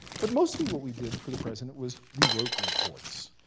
but mostly what we did for the president was we wrote reports.